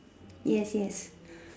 yes yes